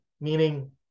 Meaning